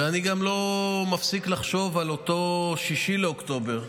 ואני גם לא מפסיק לחשוב על אותו 6 באוקטובר,